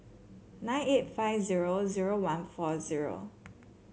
nine eight five zero zero one four zero